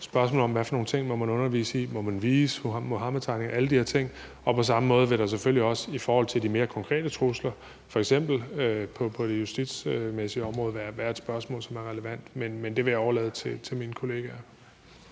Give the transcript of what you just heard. spørgsmålet om, hvad for nogle ting man måtte undervise i, om man må vise Muhammedtegningerne, og alle de her ting, og på samme måde vil det selvfølgelig også i forhold til de mere konkrete trusler, f.eks. på det justitsmæssige område, være et spørgsmål, som er relevant. Men det vil jeg overlade til mine kollegaer.